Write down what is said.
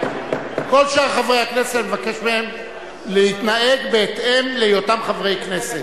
כל שאר חברי הכנסת אני מבקש מהם להתנהג בהתאם להיותם חברי כנסת,